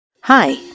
Hi